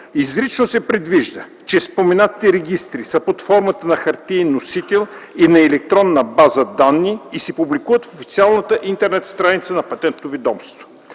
Изрично се предвижда, че споменатите регистри са под формата на хартиен носител и на електронна база данни и се публикуват на официалната интернет страницата на Патентното ведомство.